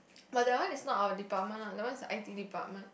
but that one is not our department lah that one is i_t department